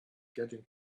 getting